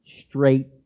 straight